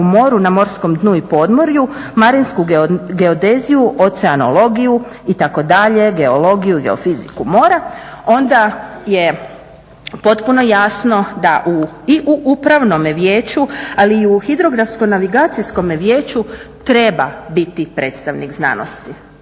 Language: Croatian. moru na morskom dnu i podmorju, marinsku geodeziju, oceanologiju itd. geologiju, geofiziku mora onda je potpuno jasno da i u upravnome vijeću ali i u hidrografsko-navigacijskome vijeću treba biti predstavnik znanosti.